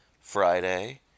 Friday